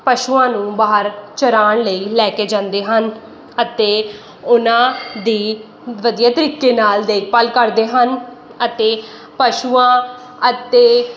ਪਸ਼ੂਆਂ ਨੂੰ ਬਾਹਰ ਚਰਾਉਣ ਲਈ ਲੈ ਕੇ ਜਾਂਦੇ ਹਨ ਅਤੇ ਉਨ੍ਹਾਂ ਦੀ ਵਧੀਆ ਤਰੀਕੇ ਨਾਲ ਦੇਖਭਾਲ ਕਰਦੇ ਹਨ ਅਤੇ ਪਸ਼ੂਆਂ ਅਤੇ